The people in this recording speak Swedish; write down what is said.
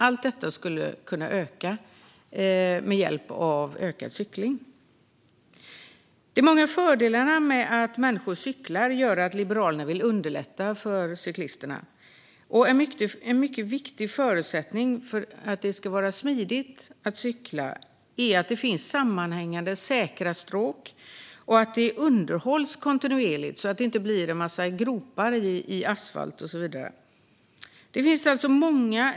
Allt detta skulle kunna förbättras med hjälp av ökad cykling. De många fördelarna med att människor cyklar gör att Liberalerna vill underlätta för cyklisterna. En mycket viktig förutsättning för att det ska vara smidigt att cykla är att det finns sammanhängande säkra stråk och att de underhålls kontinuerligt så att det inte blir gropar i asfalten och så vidare.